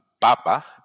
Papa